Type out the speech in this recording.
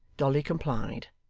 dolly complied,